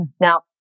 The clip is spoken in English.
Now